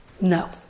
no